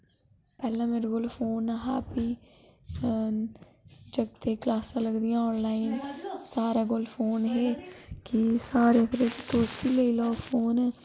पैह्लें मेरै कोल फोन नेईं हा फ्ही जागतें दियां क्लासां लगदियां आनलाइन सारें कोल फोन हे कि साढ़े तुस बी लैई लैओ इक फोन